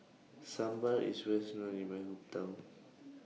Sambar IS Wells known in My Hometown